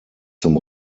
zum